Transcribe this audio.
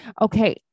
Okay